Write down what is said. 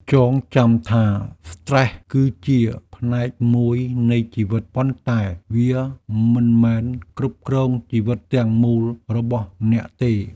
ចងចាំថា "ស្ត្រេស" គឺជាផ្នែកមួយនៃជីវិត ប៉ុន្តែវាមិនមែនគ្រប់គ្រងជីវិតទាំងមូលរបស់អ្នកទេ។